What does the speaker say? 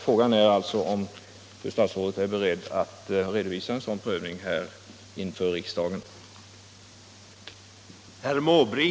Är fru statsrådet beredd att redovisa en sådan prövning inför riksdagen?